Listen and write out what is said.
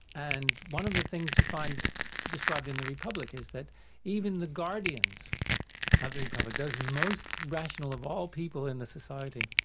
and one of the things you find described in the republic is that even the guardians of the republic, those most rational of all people in the society,